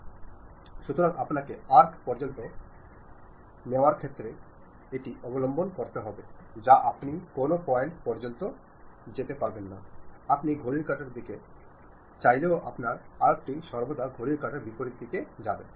എന്നാൽ ഗ്രേപ്പ്വൈൻ പലപ്പോഴും ഒരു കിംവദന്തിയാകാൻ ഇടയാകാറുണ്ട് മിക്ക അവസരങ്ങളിലും നിങ്ങൾ ഗ്രേപ്പ്വൈൻ ലൂടെ എടുക്കുന്ന വിവരങ്ങൾ മതിയായതായിരിക്കാം ചിലപ്പോൾ ആളുകൾ തെറ്റിദ്ധരിക്കാറുണ്ട് ഗ്രേപ്പ്വൈൻ ലൂടെ മാനേജ്മെന്റിന് കിട്ടുന്നത് ഒരു മുന്നറിയിപ്പായിരിക്കാം എന്നാൽ ഗ്രേപ്പ്വൈൻ എല്ലായ്പ്പോഴും നെഗറ്റീവ് ആണെന്ന് നമുക്ക് പറയാനാവില്ല